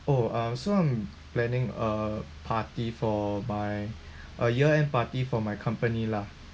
oh uh so I'm planning a party for by a year end party for my company lah